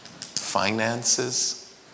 finances